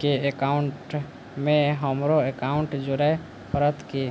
केँ एकाउंटमे हमरो एकाउन्ट जोड़य पड़त की?